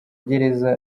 gereza